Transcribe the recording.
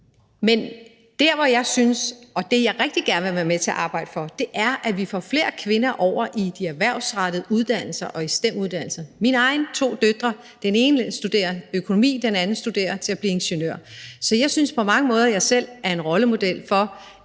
forskelle. Men det, jeg rigtig gerne vil være med til at arbejde for, er, at vi får flere kvinder over i de erhvervsrettede uddannelser og i STEM-uddannelser, ligesom mine egne to døtre, den ene studerer økonomi, den anden studerer til ingeniør. Så jeg synes på mange måder, at jeg selv er en rollemodel for,